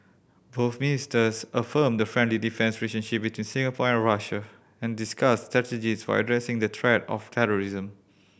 both ministers affirmed the friendly defence relationship between Singapore and Russia and discussed strategy for addressing the threat of terrorism